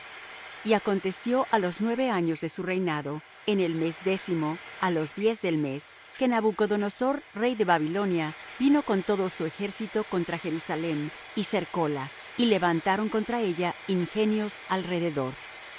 y acontecio á los nueve años de su reinado en el mes décimo á los diez del mes que nabucodonosor rey de babilonia vino con todo su ejército contra jerusalem y cercóla y levantaron contra ella ingenios alrededor